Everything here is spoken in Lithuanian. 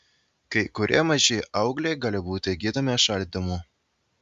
kai kurie maži augliai gali būti gydomi šaldymu